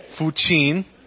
Fuchin